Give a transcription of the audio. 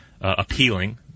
appealing